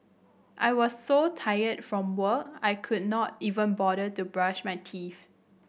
I was so tired from work I could not even bother to brush my teeth